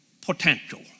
potential